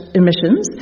emissions